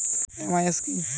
MIS কি?